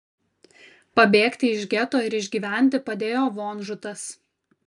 pabėgti iš geto ir išgyventi padėjo vonžutas